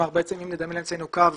כלומר, אם נדמיין לעצמנו קו